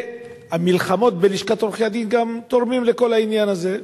והמלחמות בלשכת עורכי-הדין גם תורמות לכל העניין הזה.